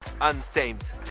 Untamed